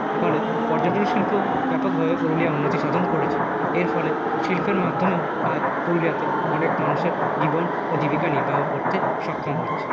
ফলে পর্যটন শিল্প ব্যাপকভাবে পুরুলিয়ায় উন্নতিসাধন করেছে এরফলে শিল্পের মাধ্যমেও আজ পুরুলিয়াতে অনেক মানুষের জীবন ও জীবিকা নির্বাহ করতে সক্ষম হচ্ছে